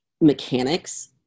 mechanics